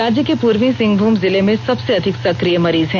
राज्य के पूर्वी सिंहमूम जिले में सबसे अधिक सक्रिय मरीज हैं